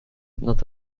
not